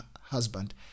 husband